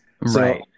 Right